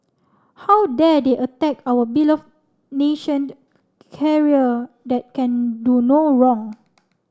how dare they attack our belove nationed carrier that can do no wrong